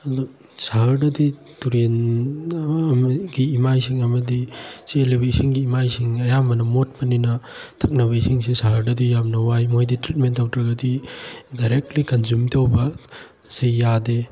ꯑꯗꯣ ꯁꯍꯔꯗꯗꯤ ꯇꯨꯔꯦꯟꯒꯤ ꯏꯃꯥꯏꯁꯤꯡ ꯑꯃꯗꯤ ꯆꯦꯜꯂꯤꯕ ꯏꯁꯤꯡꯒꯤ ꯏꯃꯥꯏꯁꯤꯡ ꯑꯌꯥꯝꯕꯅ ꯃꯣꯠꯄꯅꯤꯅ ꯊꯛꯅꯕ ꯏꯁꯤꯡꯁꯤ ꯁꯍꯔꯗꯗꯤ ꯌꯥꯝꯅ ꯋꯥꯏ ꯃꯣꯏꯗꯤ ꯇ꯭ꯔꯤꯠꯃꯦꯟ ꯇꯧꯗ꯭ꯔꯒꯗꯤ ꯗꯥꯏꯔꯦꯛꯂꯤ ꯀꯟꯖꯨꯝ ꯇꯧꯕꯁꯤ ꯌꯥꯗꯦ